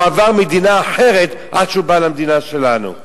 עבר מדינה אחרת עד שהוא בא למדינה שלנו.